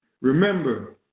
Remember